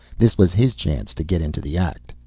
this was his chance to get into the act.